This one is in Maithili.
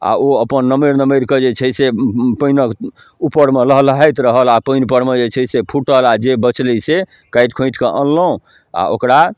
आ ओ अपन नमैर नमैर कऽ जे छै से पानिके ऊपरमे लहलहाइत रहल आ पानि परमे जे छै से फुटल आ जे बचलै से काटि खोँइट कऽ अनलौ आ ओकरा